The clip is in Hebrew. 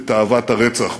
את תאוות הרצח באזורנו.